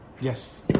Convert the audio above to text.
Yes